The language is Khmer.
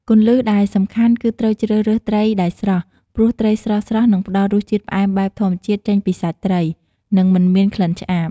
គន្លឹះដែលសំខាន់គឺត្រូវជ្រើសរើសត្រីដែលស្រស់ ព្រោះត្រីស្រស់ៗនឹងផ្តល់រសជាតិផ្អែមបែបធម្មជាតិចេញពីសាច់ត្រី និងមិនមានក្លិនឆ្អាប។